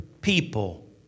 people